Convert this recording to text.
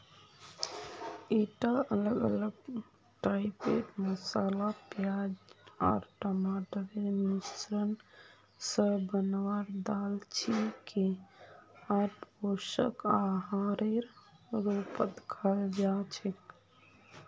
ईटा अलग अलग टाइपेर मसाला प्याज आर टमाटरेर मिश्रण स बनवार दाल छिके आर पोषक आहारेर रूपत खाल जा छेक